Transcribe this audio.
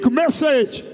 message